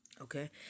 Okay